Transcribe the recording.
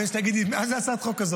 הבן שלי יגיד לי: מה זה הצעת החוק הזאת?